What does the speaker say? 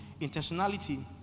intentionality